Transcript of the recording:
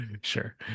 sure